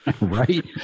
Right